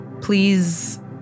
Please